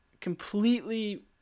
completely